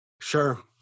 Sure